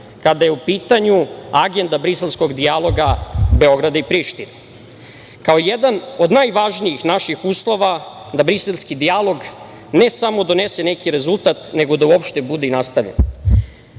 kada je u pitanju agenda briselskog dijaloga Beograda i Prištine, kao jedan od najvažnijih naših uslova da briselski dijalog ne samo donese neki rezultat, nego da uopšte bude i nastavljen. Mi